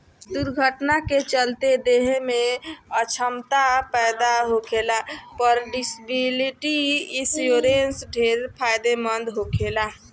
दुर्घटना के चलते देह में अछमता पैदा होखला पर डिसेबिलिटी इंश्योरेंस ढेरे फायदेमंद होखेला